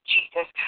Jesus